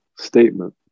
statement